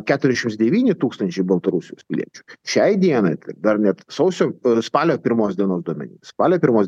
keturiasdešims devyni tūkstančiai baltarusijos piliečių šiai dienai dar net sausio spalio pirmos dienos duomenimis spalio pirmos